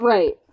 Right